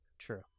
True